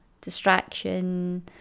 distraction